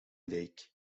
lake